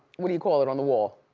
what do you call it, on the wall?